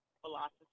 philosophy